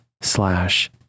slash